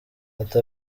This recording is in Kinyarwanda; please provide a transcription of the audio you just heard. ati